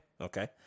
Okay